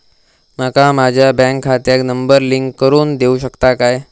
माका माझ्या बँक खात्याक नंबर लिंक करून देऊ शकता काय?